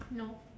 no